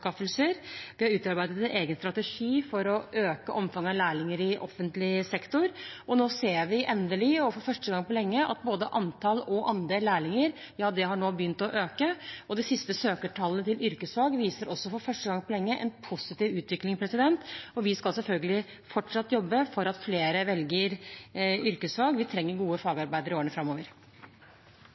anskaffelser. Vi har utarbeidet en egen strategi for å øke omfanget av lærlinger i offentlig sektor, og nå ser vi endelig og for første gang på lenge at både antallet og andelen lærlinger har begynt å øke. Det siste søkertallet til yrkesfag viser også for første gang på lenge en positiv utvikling. Vi skal selvfølgelig fortsatt jobbe for at flere velger yrkesfag. Vi trenger gode fagarbeidere i årene framover.